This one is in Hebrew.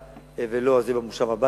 אם לא, זה יהיה במושב הבא.